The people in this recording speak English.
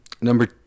Number